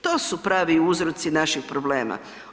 To su pravi uzroci naših problema.